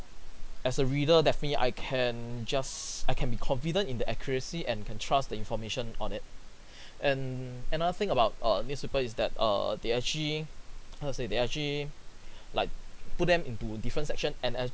as a reader definitely I can just I can be confident in the accuracy and can trust the information on it and another thing about err newspaper is that err they actually how to say they actually like put them into different section and as